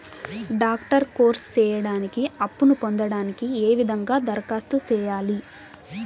Doctor course సేయడానికి అప్పును పొందడానికి ఏ విధంగా దరఖాస్తు సేయాలి?